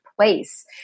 place